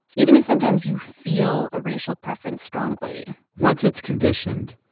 even if sometimes you feel a racial preference strongly once it's conditioned,